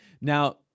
Now